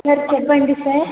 sir చెప్పండి sir